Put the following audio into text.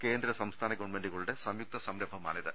കേന്ദ്ര സംസ്ഥാന ഗവൺമെന്റുകളുടെ സംയുക്ത സംരംഭമാണിത്